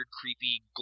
creepy